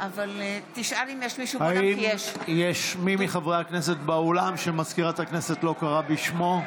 האם יש מי מחברי הכנסת באולם שמזכירת הכנסת לא קראה בשמו?